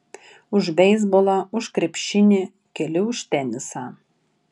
už beisbolą už krepšinį keli už tenisą